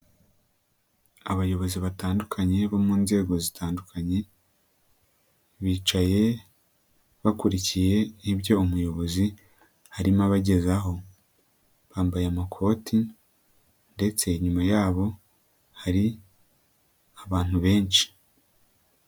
Abayobozi batandukanye bo mu nzego zitandukanye, bicaye bakurikiye ibyo umuyobozi arimo abagezaho. Bambaye amakoti ndetse nyuma yabo hari abantu benshi.